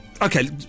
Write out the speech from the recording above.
okay